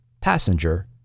Passenger